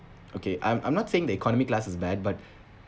okay I'm I'm not saying the economic class is bad but